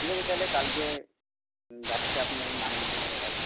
ঠিক আছে তাহলে কালকে যাচ্ছি তখন নাম লিখিয়ে নেবো তাহলে